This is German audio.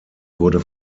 wurde